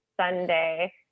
Sunday